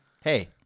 Hey